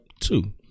two